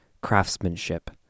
craftsmanship